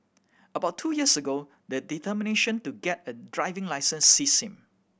about two years ago the determination to get a driving licence seized him